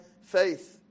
faith